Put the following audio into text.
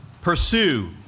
Pursue